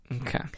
okay